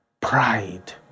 Pride